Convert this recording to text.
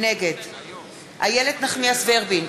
נגד איילת נחמיאס ורבין,